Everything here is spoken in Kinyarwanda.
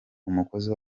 umukozi